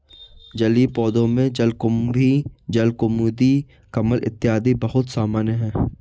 जलीय पौधों में जलकुम्भी, जलकुमुदिनी, कमल इत्यादि बहुत सामान्य है